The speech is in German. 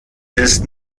ist